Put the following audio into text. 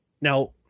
now